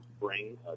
bring